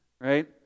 right